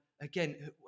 again